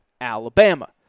Alabama